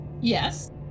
Yes